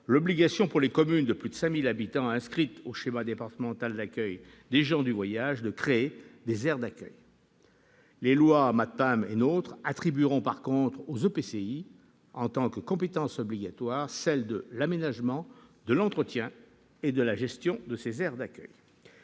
l'obligation, pour les communes de plus de 5 000 habitants inscrites au schéma départemental d'accueil des gens du voyage, de créer des aires d'accueil. Les lois MAPTAM et NOTRe attribueront par contre aux EPCI, en tant que compétence obligatoire, celle de l'aménagement, de l'entretien et de la gestion de ces aires d'accueil.